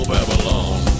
Babylon